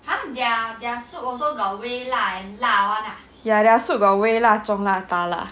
ya their soup got 微辣中辣大辣